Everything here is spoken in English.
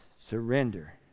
Surrender